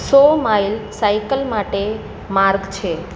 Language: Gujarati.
સો માઇલ સાઇકલ માટે માર્ગ છે